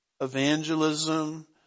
evangelism